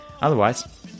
Otherwise